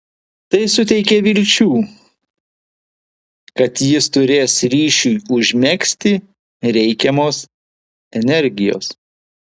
tai suteikė vilčių kad jis turės ryšiui užmegzti reikiamos energijos